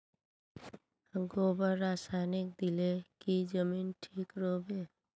गोबर रासायनिक दिले की जमीन ठिक रोहबे?